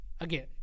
again